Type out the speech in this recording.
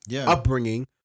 upbringing